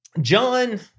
John